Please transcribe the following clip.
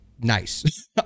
Nice